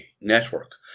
network